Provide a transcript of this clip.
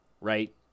right